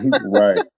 Right